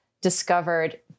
discovered